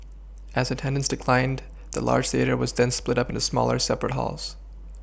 as attendance declined the large theatre was then split up into smaller separate halls